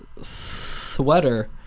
sweater